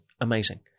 Amazing